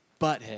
butthead